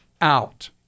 out